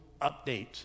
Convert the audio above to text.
update